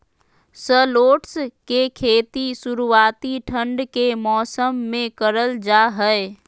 shallots के खेती शुरुआती ठंड के मौसम मे करल जा हय